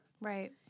Right